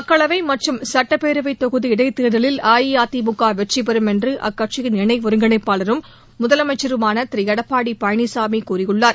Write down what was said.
மக்களவை மற்றும் சுட்டப்பேரவை தொகுதி இடைத்தேர்தலில் அஇஅதிமுக வெற்றி பெறும் என்று அக்கட்சியின் இணை ஒருங்கிணைப்பாளரும் முதலமைச்சருமான திரு எடப்பாடி பழனிசாமி கூறியுள்ளார்